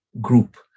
group